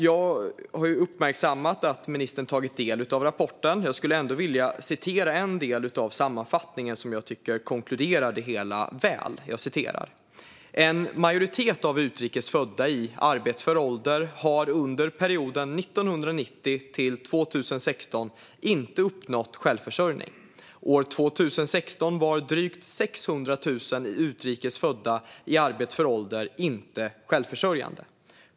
Jag har uppmärksammat att ministern har tagit del av rapporten, men jag skulle ändå vilja återge en del av sammanfattningen, som jag tycker konkluderar det hela väl: En majoritet av utrikes födda i arbetsför ålder har under perioden 1990 till 2016 inte uppnått självförsörjning. År 2016 var drygt 600 000 utrikes födda i arbetsför ålder inte självförsörjande.